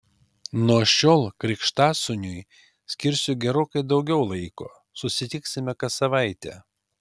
nuo šiol krikštasūniui skirsiu gerokai daugiau laiko susitiksime kas savaitę